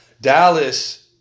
Dallas